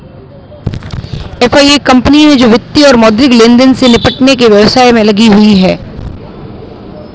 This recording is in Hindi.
एफ.आई एक कंपनी है जो वित्तीय और मौद्रिक लेनदेन से निपटने के व्यवसाय में लगी हुई है